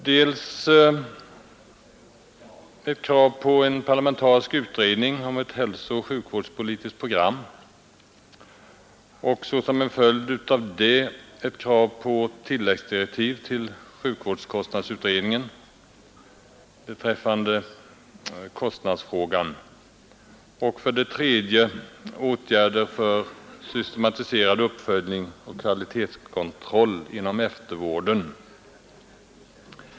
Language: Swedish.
Det gäller för det första ett krav på en parlamentarisk utredning om ett hälsooch sjukvårdspolitiskt program, för det andra såsom en följd härav ett krav på tilläggsdirektiv till sjukvårdskostnadsutredningen beträffande kostnadsfrågan och för det tredje ett krav på åtgärder för systematiserande, uppföljning och kvalitetskontroll inom eftervården.